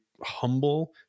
humble